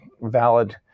valid